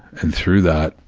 and through that,